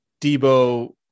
Debo